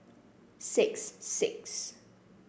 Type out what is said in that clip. six six